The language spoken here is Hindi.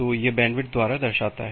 तो यह बैंडविड्थ द्वारा दर्शाता है